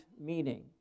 meaning